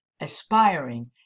aspiring